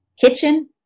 Kitchen